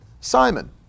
Simon